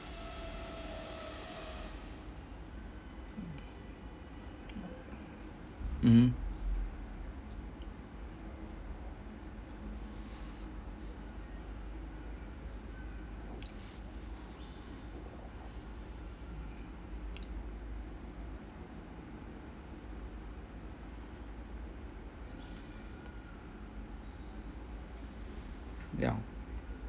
mmhmm ya